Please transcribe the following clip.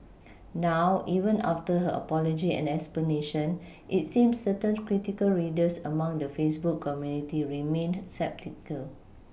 now even after her apology and explanation it seems certain critical readers among the Facebook community remained sceptical